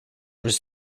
was